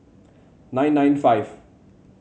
nine nine five